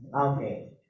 okay